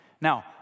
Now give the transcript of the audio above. Now